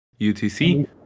UTC